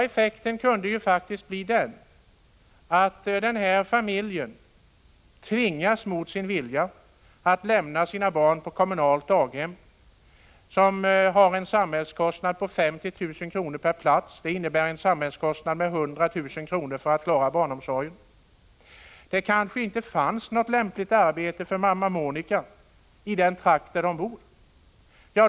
Effekten kunde faktiskt bli den att den här familjen tvingades, mot sin vilja, att lämna sina barn på kommunalt daghem med en samhällskostnad på 50 000 kr. per plats. Det innebär en samhällskostnad på 100 000 kr. för att klara barnomsorgen för denna familj. Det kanske inte fanns något lämpligt arbete för mamma Monika i den trakt där de bor.